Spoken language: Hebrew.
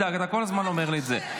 אתה אל תדאג, אתה כל הזמן אומר לי את זה.